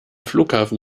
flughafen